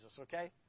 okay